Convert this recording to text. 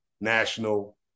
national